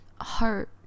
heart